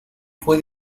fue